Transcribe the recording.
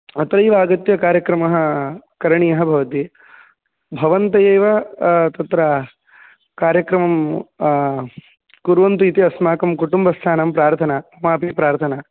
अत्रैव आगत्य कार्यक्रमः करणीयः भवति भवन्तः एव तत्र कार्यक्रमं कुर्वन्तु इति अस्माकं कुटुम्बस्थानां प्रार्थना ममापि प्रार्थना